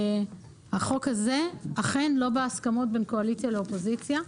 שהחוק הזה אכן לא בהסכמות בין הקואליציה לבין האופוזיציה,